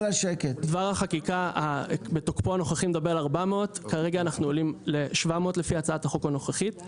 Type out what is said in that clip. דבר החקיקה מתוקפו הנוכחי מדבר על 400. כרגע אנחנו עולים ל-700 לפי הצעת הנוכחית.